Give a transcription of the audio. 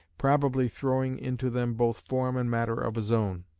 probably throwing into them both form and matter of his own.